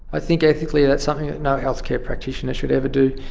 i think ethically that's something that no healthcare practitioner should ever do.